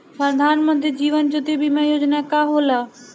प्रधानमंत्री जीवन ज्योति बीमा योजना का होला?